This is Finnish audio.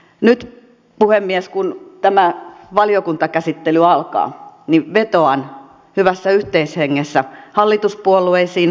nyt puhemies kun tämä valiokuntakäsittely alkaa niin vetoan hyvässä yhteishengessä hallituspuolueisiin